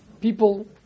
people